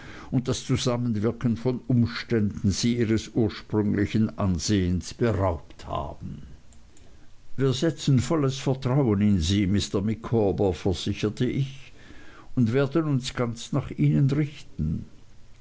und das zusammenwirken von umständen sie ihres ursprünglichen ansehens beraubt haben wir setzen volles vertrauen in sie mr micawber versicherte ich und werden uns ganz nach ihnen richten